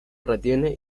retiene